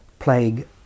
plague